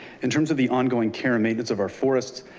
in terms of the ongoing care and maintenance of our forests.